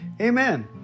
Amen